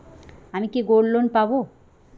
আমি কি gold loan পাবো?